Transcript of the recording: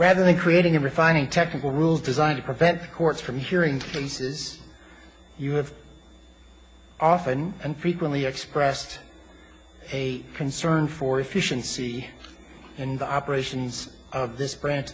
rather than creating a refining technical rule designed to prevent the courts from hearing places you have often and frequently expressed a concern for efficiency in the operations of this bran